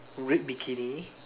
red bikini